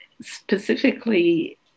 specifically